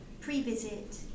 pre-visit